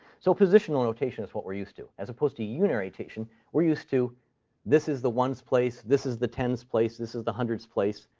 so positional notation is what we're used to. as opposed to yeah unary notation, we're used to this is the ones place. this is the tens place. this is the hundreds place.